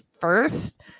first